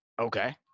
Okay